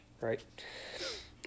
right